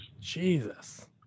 Jesus